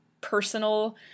personal